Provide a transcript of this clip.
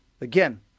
Again